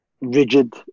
rigid